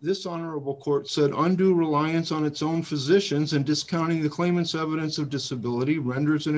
this honorable court said unto reliance on its own physicians and discounting the claimant's evidence of disability renders